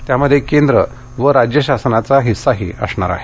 त्यामध्ये केंद्र व राज्य शासनाचा हिस्साही असणार आहे